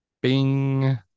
Bing